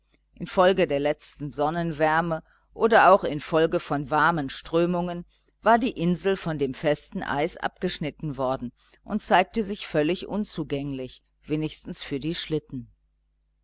infolge der letzten sonnenwärme oder auch infolge von warmen strömungen war die insel von dem festen eis abgeschnitten worden und zeigte sich völlig unzugänglich wenigstens für die schlitten